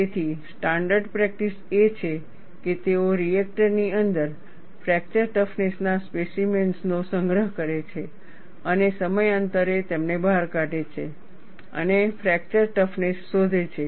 તેથી standard practice એ છે કે તેઓ રિએક્ટર ની અંદર ફ્રેક્ચર ટફનેસના સ્પેસિમેન્સનો સંગ્રહ કરે છે અને સમયાંતરે તેમને બહાર કાઢે છે અને ફ્રેક્ચર ટફનેસ શોધે છે